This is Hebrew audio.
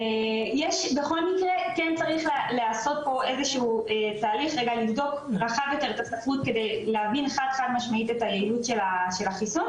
בעצם שהם רוצים לראות בספרות רחבה יותר ולהוכיח את היעילות של החיסון